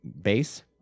base